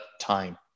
time